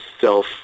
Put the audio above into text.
self